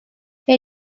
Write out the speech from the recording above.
her